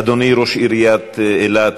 אדוני ראש עיריית אילת,